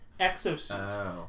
Exosuit